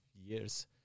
years